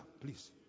please